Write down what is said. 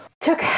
took